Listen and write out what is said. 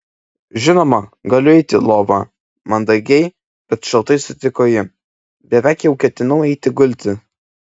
žinoma galiu eiti į lovą mandagiai bet šaltai sutiko ji beveik jau ketinau eiti gulti